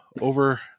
over